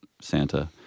santa